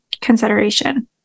consideration